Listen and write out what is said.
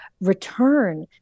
return